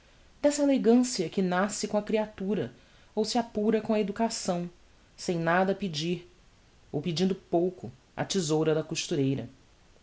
dessa elegancia que nasce com a creatura ou se apura com a educação sem nada pedir ou pedindo pouco á thesoura da costureira